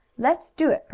let's do it!